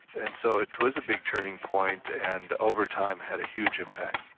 and so it was a big turning point, and over time had a huge impact.